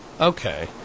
Okay